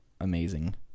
amazing